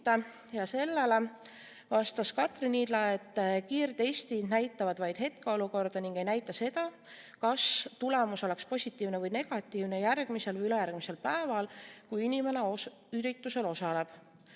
Sellele vastas Katrin Idla, et kiirtestid näitavad vaid hetkeolukorda ning ei näita seda, kas tulemus oleks positiivne või negatiivne järgmisel või ülejärgmisel päeval, kui inimene üritusel osaleb.